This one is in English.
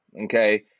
Okay